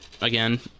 again